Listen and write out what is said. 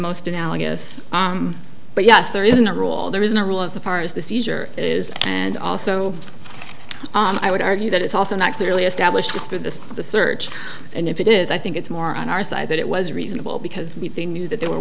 most analogous but yes there isn't a rule there is no rule as far as the seizure is and also i would argue that it's also not clearly established with the search and if it is i think it's more on our side that it was reasonable because they knew that they were